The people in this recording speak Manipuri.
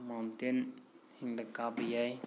ꯃꯥꯎꯟꯇꯦꯟꯗ ꯀꯥꯕ ꯌꯥꯏ